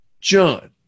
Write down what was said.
John